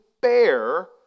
bear